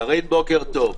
קארין, בוקר טוב.